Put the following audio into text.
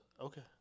Okay